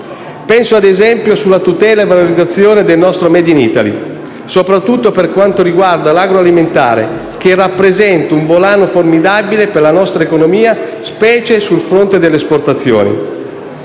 Penso, ad esempio, alla tutela e alla valorizzazione del nostro *made in Italy*, soprattutto per quanto riguarda l'agroalimentare, che rappresenta un volano formidabile per la nostra economia, specie sul fronte delle esportazioni.